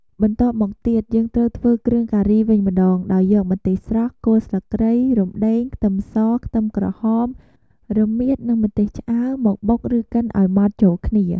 បន្ទាប់មកទៀត យើងត្រូវធ្វើគ្រឿងការីវិញម្ដង ដោយយកម្ទេសស្រស់ គល់ស្លឹកគ្រៃ រុំដេង ខ្ទឹមស ខ្ទឹមក្រហម រមៀត និងម្ទេសឆ្អើរ មកបុក ឬកិនឱ្យម៉ដ្ឋចូលគ្នា។